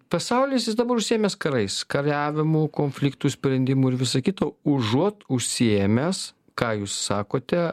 pasaulis jis dabar užsiėmęs karais kariavimu konfliktų sprendimu ir visa kita užuot užsiėmęs ką jūs sakote